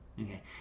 Okay